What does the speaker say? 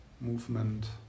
movement